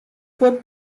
fuort